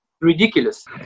Ridiculous